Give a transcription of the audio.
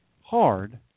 hard